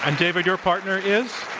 and david, your partner is?